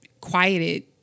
quieted